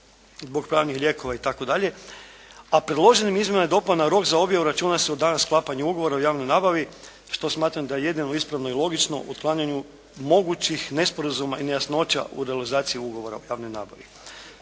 zbog pravnih lijekova itd., a predloženim izmjenama i dopunama rok za objavu računa su dan sklapanja ugovora o javnoj nabavi što smatram da je jedino ispravno i logično u otklanjanju mogućih nesporazuma i nejasnoća u realizaciji ugovora o javnoj nabavi.